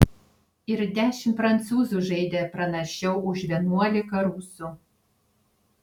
ir dešimt prancūzų žaidė pranašiau už vienuolika rusų